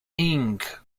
ink